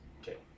Okay